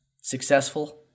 Successful